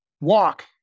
walk